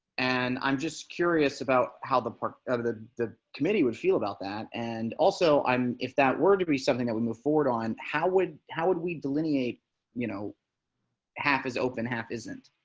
and i'm just curious about how the part of the the committee would feel about that. and also i'm if that were to be something that we move forward on how would how would we delineate you know half is open half isn't,